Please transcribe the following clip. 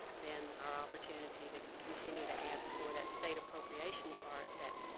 then our opportunity to continue to ask for that state appropriation part that